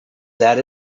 that